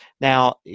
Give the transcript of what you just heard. Now